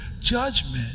judgment